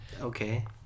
Okay